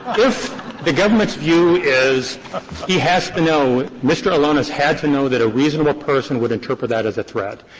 if the government's view is he has to know mr. elonis had to know that a reasonable person would interpret that as a threat,